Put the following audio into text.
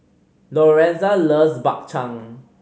Lorenza loves Bak Chang